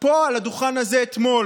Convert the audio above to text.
פה על הדוכן הזה אתמול: